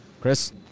Chris